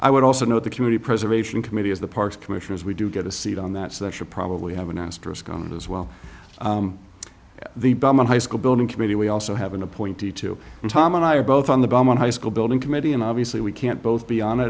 i would also note the committee preservation committee as the parks commission is we do get a seat on that so that should probably have an asterisk on it as well the belmont high school building committee we also have an appointee to tom and i are both on the bomb on high school building committee and obviously we can't both be on i